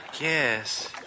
Yes